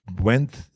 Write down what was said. went